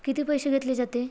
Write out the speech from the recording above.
किती पैसे घेतले जाते